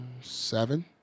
seven